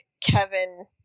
Kevin